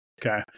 Okay